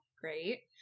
Great